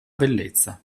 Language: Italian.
bellezza